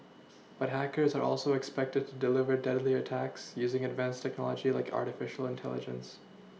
but hackers are also expected to deliver deadlier attacks using advanced technology like artificial intelligence